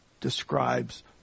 describes